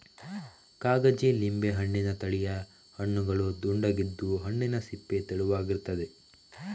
ಕಾಗಜಿ ಲಿಂಬೆ ಹಣ್ಣಿನ ತಳಿಯ ಹಣ್ಣುಗಳು ದುಂಡಗಿದ್ದು, ಹಣ್ಣಿನ ಸಿಪ್ಪೆ ತೆಳುವಾಗಿರ್ತದೆ